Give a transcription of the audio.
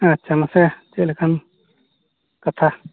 ᱟᱪᱪᱷᱟ ᱢᱟᱥᱮ ᱪᱮᱫ ᱞᱮᱠᱟᱱ ᱠᱟᱛᱷᱟ